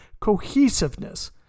cohesiveness